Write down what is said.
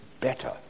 better